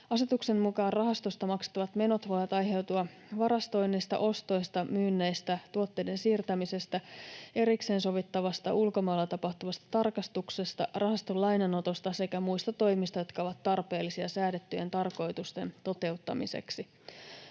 Asetuksen mukaan rahastosta maksettavat menot voivat aiheutua varastoinnista, ostoista, myynneistä, tuotteiden siirtämisestä, erikseen sovittavasta ulkomailla tapahtuvasta tarkastuksesta, rahaston lainanotosta sekä muista toimista, jotka ovat tarpeellisia säädettyjen tarkoitusten toteuttamiseksi.